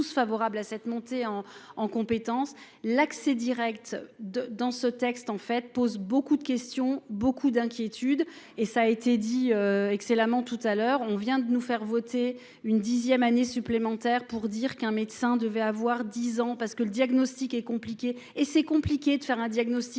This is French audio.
favorables à cette montée en en compétence l'accès Direct de dans ce texte en fait pose beaucoup de questions, beaucoup d'inquiétude et ça a été dit excellemment tout à l'heure, on vient de nous faire voter une dixième année supplémentaire pour dire qu'un médecin devait avoir 10 ans parce que le diagnostic est compliqué et c'est compliqué de faire un diagnostic